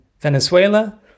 Venezuela